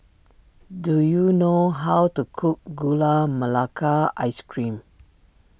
do you know how to cook Gula Melaka Ice Cream